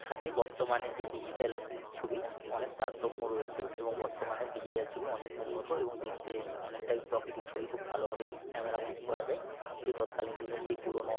সাথে বর্তমানের যে ডিজিটাল ছবি অনেক তারতম্য রয়েছে এবং বর্তমানের ডিজিটাল ছবি অনেক উন্নত এবং দেখতে অনেকটাই প্রকৃতির ছবি খুব ভালোভাবে ক্যামেরা বন্দী করা যায় কিন্তু তৎকালীন দিনে সেই পুরোনো